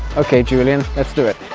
okay julian, let's do it!